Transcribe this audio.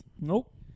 Nope